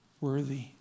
worthy